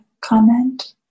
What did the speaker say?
comment